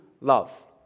love